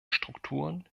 strukturen